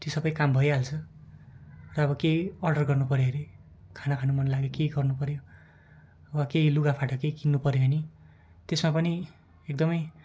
त्यो सबै काम भइहाल्छ र अब केही अर्डर गर्नु पर्यो अरे खाना खानु मन लाग्यो के गर्नु पर्यो अब केही लुगाफाटा केही किन्नु पर्यो भने त्यसमा पनि एकदमै